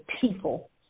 people